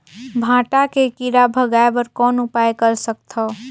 भांटा के कीरा भगाय बर कौन उपाय कर सकथव?